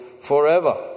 forever